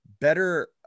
better